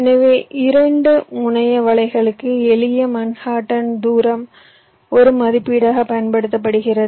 எனவே இரண்டு முனைய வலைகளுக்கு எளிய மன்ஹாட்டன் தூரம் ஒரு மதிப்பீடாகப் பயன்படுத்தப்படுகிறது